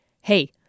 hey